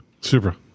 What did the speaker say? Super